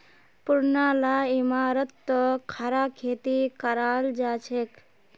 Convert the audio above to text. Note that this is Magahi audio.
पुरना ला इमारततो खड़ा खेती कराल जाछेक